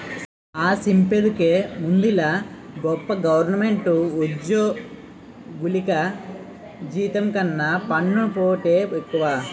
ఆ, సెప్పేందుకేముందిలే గొప్ప గవరమెంటు ఉజ్జోగులికి జీతం కన్నా పన్నుపోటే ఎక్కువ